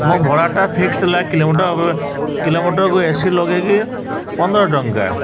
ମୋ ଭଡ଼ାଟା ଫିକ୍ସ ହେଲା କିଲୋମିଟର କିଲୋମିଟରକୁ ଏସି ଲଗେଇକି ପନ୍ଦର ଟଙ୍କା